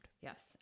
Yes